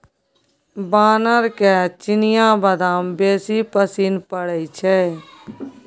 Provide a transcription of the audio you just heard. बानरके चिनियाबदाम बेसी पसिन पड़य छै